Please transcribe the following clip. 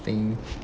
think